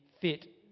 fit